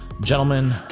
Gentlemen